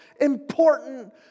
important